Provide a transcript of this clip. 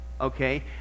okay